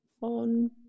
on